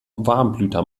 warmblüter